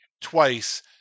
twice